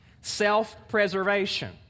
self-preservation